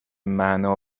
معنا